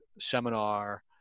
seminar